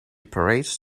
parades